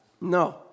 No